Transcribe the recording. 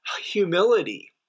humility